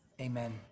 Amen